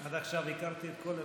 עד עכשיו ידעתי את כל התשובות.